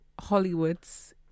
Hollywood's